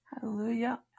Hallelujah